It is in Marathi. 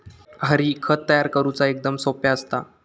हरी, खत तयार करुचा एकदम सोप्पा असता